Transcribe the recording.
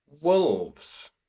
wolves